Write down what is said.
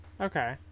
Okay